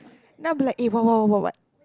then I'll be like eh what what what